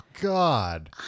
God